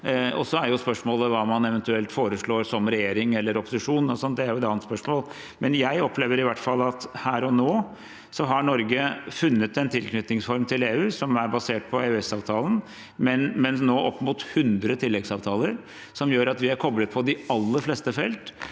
Så er spørsmålet hva man eventuelt foreslår som regjering eller opposisjon, men det er et annet spørsmål. Jeg opplever i hvert fall at her og nå har Norge funnet en tilknytningsform til EU som er basert på EØS-avtalen, med nå opp mot 100 tilleggsavtaler som gjør at vi er koblet på de aller fleste felter